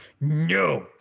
No